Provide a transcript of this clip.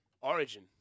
Origin